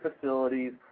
facilities